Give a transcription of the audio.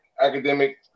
academic